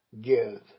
give